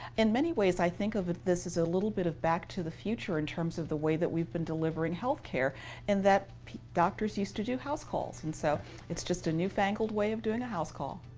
in many ways, i think of it, this is a little bit of back to the future in terms of the way that we've been delivering health care and that doctors used to do house calls. and so it's just a newfangled way of doing a house call.